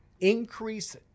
increase